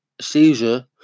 seizure